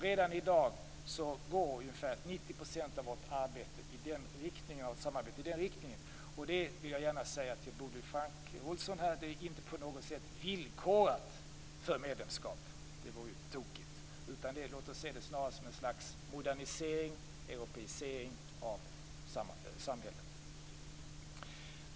Redan i dag går ungefär 90 % av vårt samarbete i den riktningen. Till Bodil Francke Ohlsson vill jag gärna säga att detta inte på något sätt är villkorat för medlemskap. Det vore ju tokigt. Låt oss snarare se det som ett slags modernisering och europeisering av samhället.